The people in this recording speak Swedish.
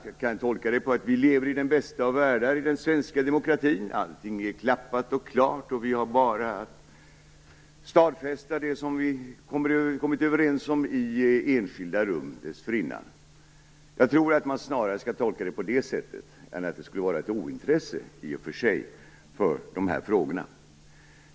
Jag kan ju tolka det så att vi i den svenska demokratin lever i den bästa av världar - allting är klappat och klart, och vi har bara att stadfästa det som vi dessförinnan har kommit överens om i enskilda rum. Jag tror att man snarare skall tolka det på det sättet än så att det skulle vara ett ointresse i sig för de här frågorna.